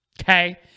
okay